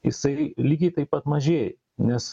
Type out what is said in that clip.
jisai lygiai taip pat mažėja nes